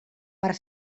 per